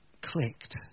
clicked